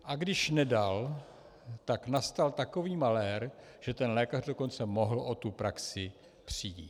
A když nedal, tak nastal takový malér, že ten lékař dokonce mohl o tu praxi přijít.